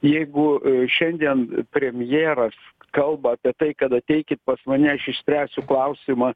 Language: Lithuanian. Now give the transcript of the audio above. jeigu šiandien premjeras kalba apie tai kad ateikit pas mane aš išspręsiu klausimą